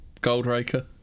Goldraker